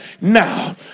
now